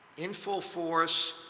in full force.